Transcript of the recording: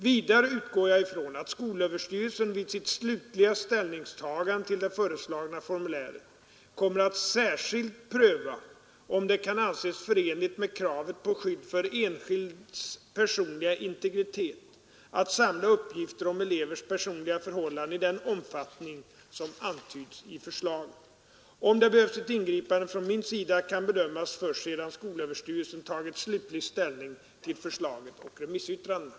Vidare utgår jag ifrån att skolöverstyrelsen vid sitt slutliga ställningstagande till det föreslagna formuläret kommer att särskilt pröva om det kan anses förenligt med kravet på skydd för enskilds personliga integritet att samla uppgifter om elevers personliga förhållanden i den omfattning som antyds av förslaget. Om det behövs ett ingripande från min sida kan bedömas först sedan skolöverstyrelsen tagit slutlig ställning till förslaget och remissyttrandena.